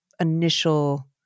initial